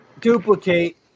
duplicate